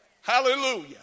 hallelujah